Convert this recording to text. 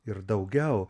ir daugiau